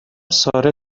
ساره